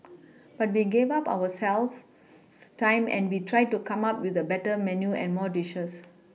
but we gave up ourselves time and we tried to come up with a better menu and more dishes